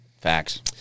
Facts